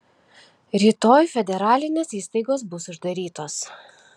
rytoj federalinės įstaigos bus uždarytos